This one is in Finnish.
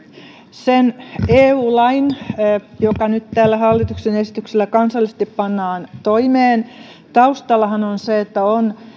sen eu lain taustallahan joka nyt tällä hallituksen esityksellä kansallisesti pannaan toimeen on on se että on